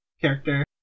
character